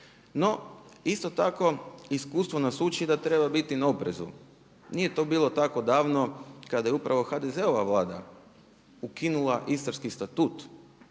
No, isto tako iskustvo nas uči da treba biti na oprezu. Nije to bilo tako davno kada je upravo HDZ-ova Vlada ukinula Istarski statut